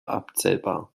abzählbar